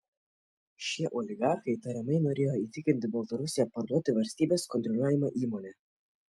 šie oligarchai tariamai norėjo įtikinti baltarusiją parduoti valstybės kontroliuojamą įmonę